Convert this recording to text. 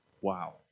Wow